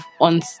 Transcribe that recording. on